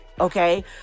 Okay